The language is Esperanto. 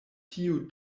tiu